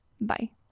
Bye